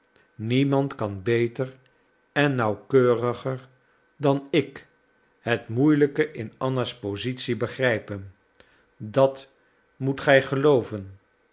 niemand kan beter en nauwkeuriger dan ik het moeielijke in anna's positie begrijpen dat moet gij gelooven